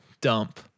dump